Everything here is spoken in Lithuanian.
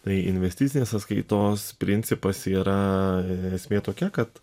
tai investicinės sąskaitos principas yra esmė tokia kad